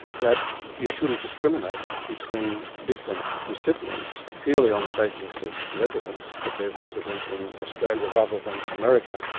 that you shouldn't discriminate between different recipients purely on the basis of residence, that they're resident in australia rather than america,